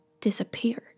disappeared